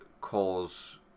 cause